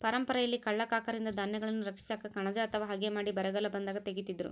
ಪರಂಪರೆಯಲ್ಲಿ ಕಳ್ಳ ಕಾಕರಿಂದ ಧಾನ್ಯಗಳನ್ನು ರಕ್ಷಿಸಾಕ ಕಣಜ ಅಥವಾ ಹಗೆ ಮಾಡಿ ಬರಗಾಲ ಬಂದಾಗ ತೆಗೀತಿದ್ರು